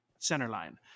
centerline